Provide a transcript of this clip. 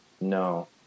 no